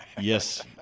yes